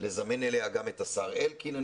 לזמן אליה גם את השר אלקין,